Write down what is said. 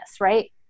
right